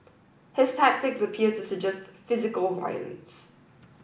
his tactics appear to suggest physical violence